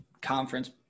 conference